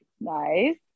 Nice